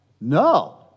No